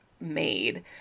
made